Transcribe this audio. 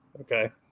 Okay